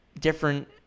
different